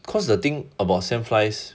cause the thing about sand flies